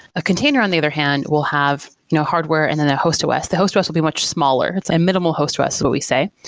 a container on the other hand will have no hardware and then a host os. the host os will be much smaller. it's a minimal host os is what we say,